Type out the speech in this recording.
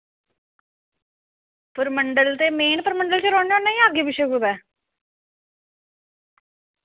परमंडल ते मेन परमंडल गै रौह्न्ने होन्ने जां अग्गें पिच्छें कुतै